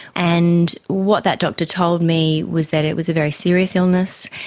and what that doctor told me was that it was a very serious illness,